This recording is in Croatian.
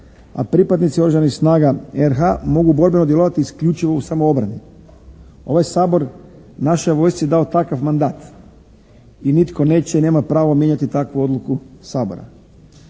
A pripadnici Oružanih snaga RH-a mogu borbeno djelovati isključivo u samoobrani. Ovaj Sabor našoj je vojsci dao takav mandat i nitko neće i nema pravo mijenjati takvu odluku Sabora.